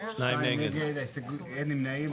2 נמנעים,